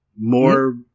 more